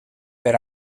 per